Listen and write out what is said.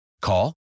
Call